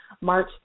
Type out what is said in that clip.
March